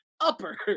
upper